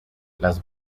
las